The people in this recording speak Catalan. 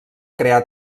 crear